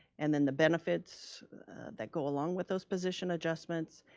and then the benefits that go along with those position adjustments,